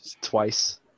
twice